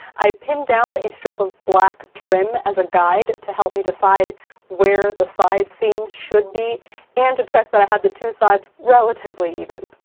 i pinned down a strip of black trim as a guide to help me decide where the side seams should be and to check that i had the two sides relatively even.